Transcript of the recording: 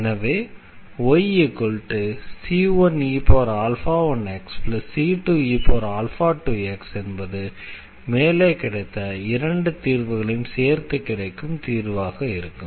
எனவே yc1e1xc2e2x என்பது மேலே கிடைத்த இரண்டு தீர்வுகளையும் சேர்த்து கிடைக்கும் தீர்வாக இருக்கும்